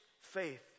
faith